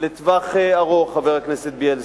לטווח ארוך, חבר הכנסת בילסקי.